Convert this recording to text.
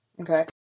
Okay